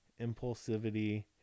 impulsivity